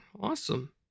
awesome